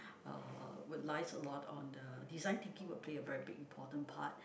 uh would lies a lot on the design thinking would play a very big important part